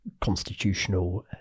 constitutional